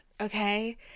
okay